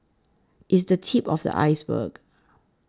it's the tip of the iceberg